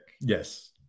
Yes